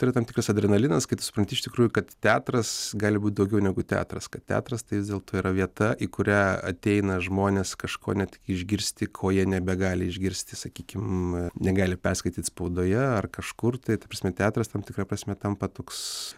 tai yra tam tikras adrenalinas kai tu supranti iš tikrųjų kad teatras gali būt daugiau negu teatras kad teatras tai vis dėlto yra vieta į kurią ateina žmonės kažko ne tik išgirsti ko jie nebegali išgirsti sakykim negali perskaityt spaudoje ar kažkur tai ta prasme teatras tam tikra prasme tampa toks